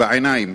בעיניים,